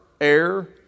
air